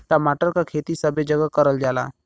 टमाटर क खेती सबे जगह करल जाला